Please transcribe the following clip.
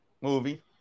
movie